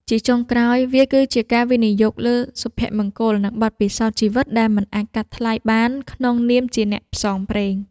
ជាចុងក្រោយ វាគឺជាការវិនិយោគលើសុភមង្គល និងបទពិសោធន៍ជីវិតដែលមិនអាចកាត់ថ្លៃបានក្នុងនាមជាអ្នកផ្សងព្រេង។